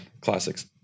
classics